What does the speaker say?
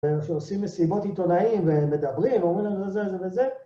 כשעושים מסיבות עיתונאיים ומדברים ואומרים לנו זה, זה וזה,